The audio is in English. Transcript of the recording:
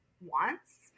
wants